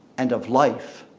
and of life